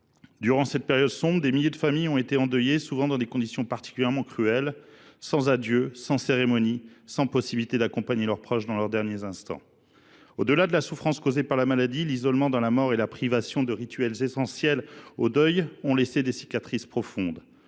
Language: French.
Durant cette période sombre, des milliers de familles ont été endeuillées, souvent dans des conditions particulièrement cruelles : sans adieux, sans cérémonie, sans possibilité d’accompagner leurs proches dans leurs derniers instants. Au delà de la souffrance causée par la maladie, l’isolement dans la mort et la privation de rituels essentiels au deuil ont laissé des cicatrices profondes.